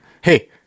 hey